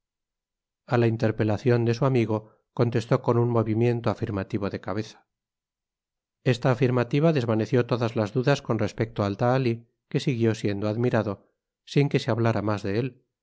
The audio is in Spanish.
a la interpelacion de su amigo contestó con un movimiento afirmativo de cabeza esta afirmativa desvaneció todas las dudas con respecto al tahalí que siguió siendo admirado sin que se hablára mas de él